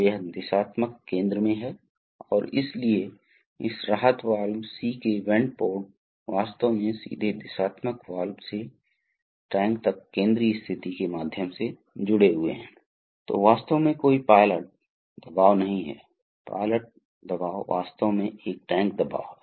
एक विशिष्ट हाइड्रोलिक तरल पदार्थ वास्तव में पेट्रोलियम तेल कुछ मामलों में उपयोग करते है आप या कभी एडिटिव्स या कभी पानी या कभी तेल के मिश्रण के साथ देखते हैं